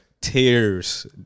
Tears